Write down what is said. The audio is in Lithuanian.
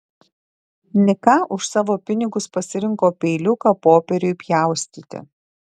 nika už savo pinigus pasirinko peiliuką popieriui pjaustyti